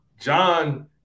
John